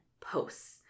posts